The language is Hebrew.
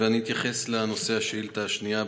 אני אתייחס לנושא השאילתה השנייה,